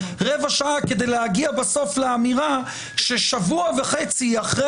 רבע שעה כדי להגיע בסוף לאמירה ששבוע וחצי אחרי